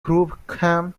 crookham